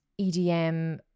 EDM